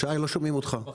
בבקשה.